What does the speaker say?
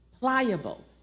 Pliable